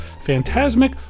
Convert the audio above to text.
phantasmic